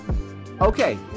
Okay